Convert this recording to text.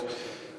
כן.